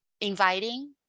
inviting